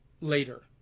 later